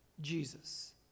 Jesus